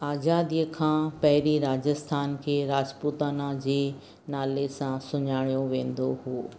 आज़ादीअ खां पहिरीं राजस्थान खे राजपूताना जी नाले सां सुञाणियो वेंदो हो